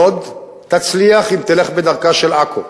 לוד תצליח אם תלך בדרכה של עכו.